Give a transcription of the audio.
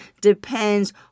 depends